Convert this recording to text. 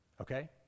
Okay